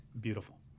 Beautiful